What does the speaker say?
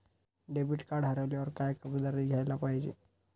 Debit card हरवल्यावर काय खबरदारी घ्यायला पाहिजे?